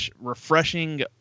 refreshing